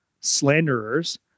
slanderers